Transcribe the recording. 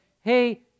hey